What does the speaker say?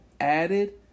added